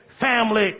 family